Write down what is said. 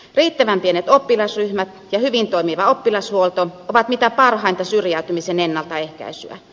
riittävän pienet oppilasryhmät ja hyvin toimiva oppilashuolto ovat mitä parhainta syrjäytymisen ennaltaehkäisyä